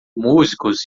músicos